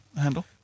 handle